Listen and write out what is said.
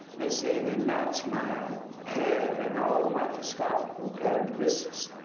they said it and matched my hair and all the microscopic characteristics.